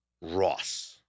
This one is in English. Ross